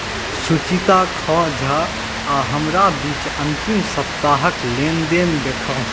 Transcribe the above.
सुचिता खाँ झा आओर हमरा बीच अन्तिम सप्ताहक लेनदेन देखाउ